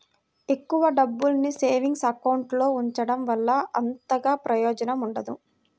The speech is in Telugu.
ఎక్కువ డబ్బుల్ని సేవింగ్స్ అకౌంట్ లో ఉంచడం వల్ల అంతగా ప్రయోజనం ఉండదు